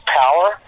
power